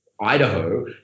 Idaho